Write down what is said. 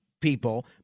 people